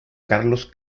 carlos